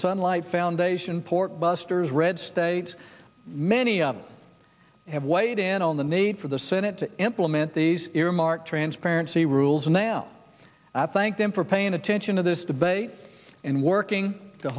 sunlight foundation pork busters red states many of them have weighed in on the need for the senate to implement these earmark transparency rules and now i thank them for paying attention to this debate and working to